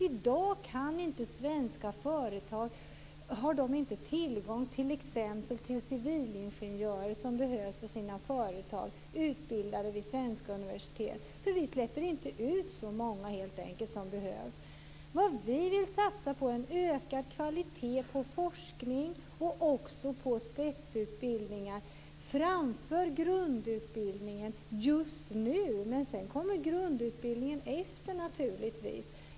I dag har inte svenska företag tillgång till t.ex. de civilingenjörer, utbildade vid svenska universitet, som de behöver på grund av att vi inte släpper ut så många som behövs. Vad vi vill satsa på just nu är en ökad kvalitet på forskning och också på spetsutbildningar, framför grundutbildningen. Sedan kommer naturligtvis grundutbildningen efter.